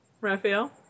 Raphael